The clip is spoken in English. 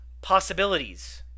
possibilities